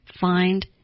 Find